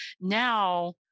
now